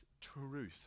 truth